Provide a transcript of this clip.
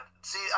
see